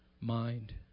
mind